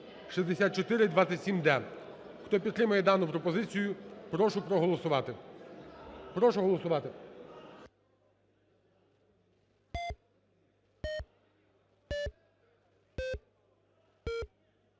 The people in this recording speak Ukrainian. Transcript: (6427-д). Хто підтримує дану пропозицію, прошу проголосувати. Прошу голосувати.